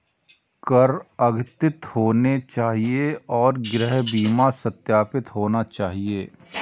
कर अद्यतित होने चाहिए और गृह बीमा सत्यापित होना चाहिए